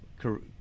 career